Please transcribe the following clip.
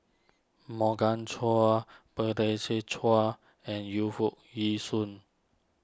Morgan Chua Chow and Yu Foo Yee Shoon